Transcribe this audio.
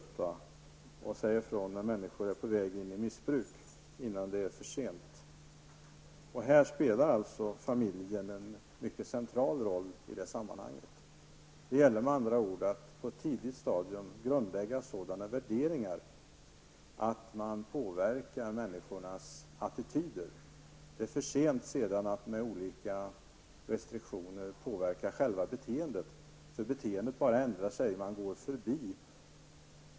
Vi måste alla innan det är för sent säga ifrån när människor är på väg in i missbruk. I detta sammanhang spelar alltså familjen en mycket central roll. Det gäller med andra ord att grundlägga sådana värderingar att man påverkar människors attityder. Det är sedan för sent att med olika restriktioner påverka själva beteendet. Beteendet bara ändrar sig; man går förbi.